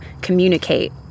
communicate